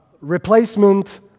replacement